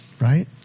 right